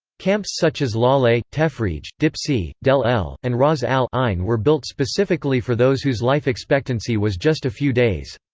camps such as lale, tefridje, dipsi, del-el, and ra's al-'ayn were built specifically for those whose life expectancy was just a few days.